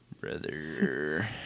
Brother